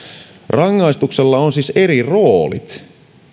rangaistuksella on siis eri roolit